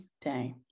day